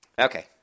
Okay